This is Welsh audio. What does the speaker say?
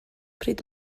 pryd